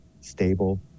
stable